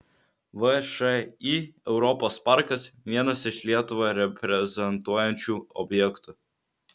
všį europos parkas vienas iš lietuvą reprezentuojančių objektų